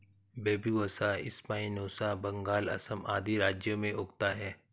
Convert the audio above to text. Bambusa spinosa Bengal, Assam आदि राज्यों में उगता है